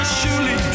surely